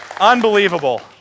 unbelievable